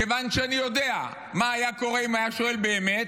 כיוון שאני יודע מה היה קורה אם היה שואל באמת,